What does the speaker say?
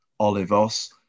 Olivos